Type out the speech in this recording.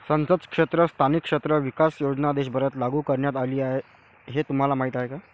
संसद सदस्य स्थानिक क्षेत्र विकास योजना देशभरात लागू करण्यात आली हे तुम्हाला माहीत आहे का?